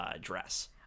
dress